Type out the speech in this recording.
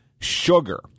sugar